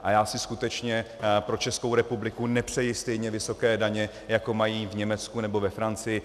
A já si skutečně pro Českou republiku nepřeji stejně vysoké daně, jaké mají v Německu nebo ve Francii.